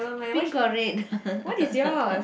pink or red